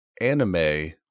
anime